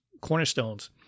cornerstones